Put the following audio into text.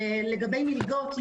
לגבי מלגות,